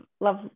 love